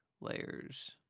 layers